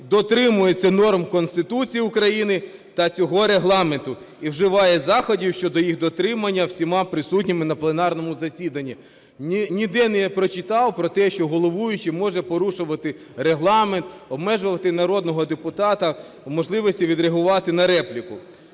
дотримується норм Конституції України та цього Регламенту і вживає заходів щодо їх дотримання всіма присутніми на пленарному засіданні". Ніде не прочитав про те, що головуючий може порушувати Регламент, обмежувати народного депутата у можливості відреагувати на репліку.